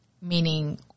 meaning